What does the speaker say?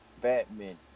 Batman